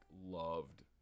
loved